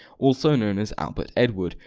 also known as albert edward,